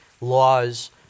laws